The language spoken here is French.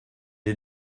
est